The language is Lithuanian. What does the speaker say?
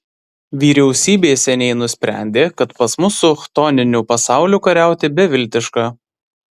vyriausybė seniai nusprendė kad pas mus su chtoniniu pasauliu kariauti beviltiška